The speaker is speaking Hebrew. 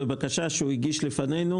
בבקשה שהוא הגיש לפנינו,